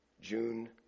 June